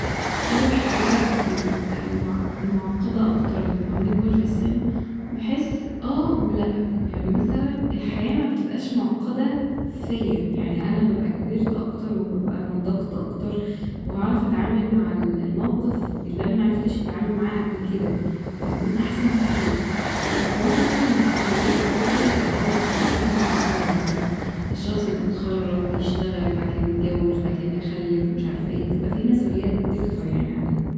هل الحياة بتبقى مع- معقدة أكتر لما بنكبر ف السن ؟ بحس آه ولا ، يعني مثلا الحياة مبتبقاش معقدة فيا يعني أنا ببقى كبرت اكتر و ببقى نضجت أكتر وهعرف أتعامل مع ال- الموقف اللي أنا معرفتش أتعامل معاه قبل كده ، فهكون أحسن كتير بس مثلا مسئوليات وكده هي آه بتبقى اكيد معقدة يعني مثلا الشخص بيتخرج بيشتغل بعد كده بيتجوز بعد كده بيخلف ومش عارفه ايه بتبقى في مسئوليات بتكتر يعني عليه